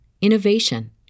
innovation